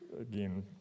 again